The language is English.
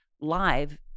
live